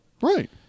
Right